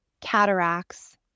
cataracts